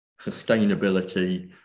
sustainability